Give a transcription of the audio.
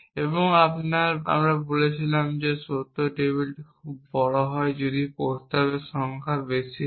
এবং আমরা বলেছিলাম যে সত্য টেবিলগুলি খুব বড় হয় যদি প্রস্তাবের সংখ্যা বেশি হয়